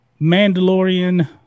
Mandalorian